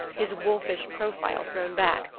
his wolfish profile thrown back,